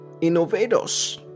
innovators